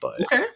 Okay